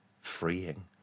freeing